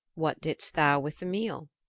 what didst thou with the meal?